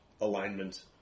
alignment